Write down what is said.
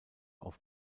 auf